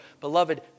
Beloved